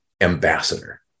ambassador